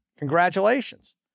Congratulations